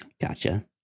gotcha